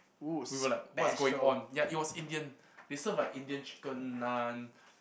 we were like what's going on yeah it was Indian they served like Indian chicken naan